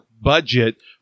budget